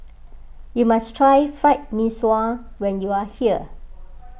you must try Fried Mee Sua when you are here